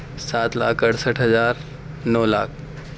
سات لاکھ اڑسٹھ ہزار نو لاکھ